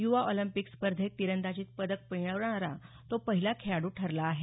युवा ऑलिम्पिक स्पर्धेत तिरंदाजीत पदक मिळवणारा तो पहिला खेळाडू ठरला आहे